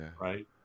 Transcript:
right